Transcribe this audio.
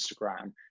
instagram